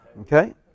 okay